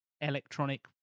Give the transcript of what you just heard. electronic